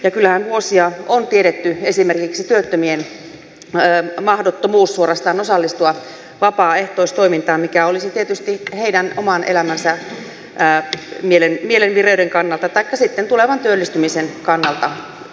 ja kyllähän vuosia on tiedetty esimerkiksi työttömien suorastaan mahdottomuus osallistua vapaaehtoistoimintaan mikä olisi tietysti heidän oman elämänsä mielenvireyden kannalta taikka sitten tulevan työllistymisen kannalta paras ratkaisu